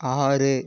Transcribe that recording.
ஆறு